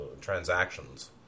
transactions